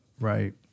Right